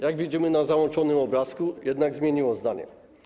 Jak widzimy na załączonym obrazku, jednak zmieniło zdanie.